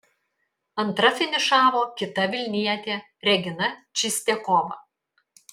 antra finišavo kita vilnietė regina čistiakova